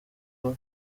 iba